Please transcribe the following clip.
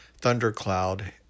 thundercloud